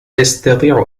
يستطيع